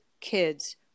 kids